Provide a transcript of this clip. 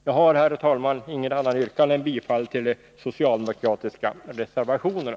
Jag har, herr talman, inget annat yrkande än om bifall till de socialdemokratiska reservationerna.